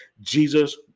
Jesus